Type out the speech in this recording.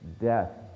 death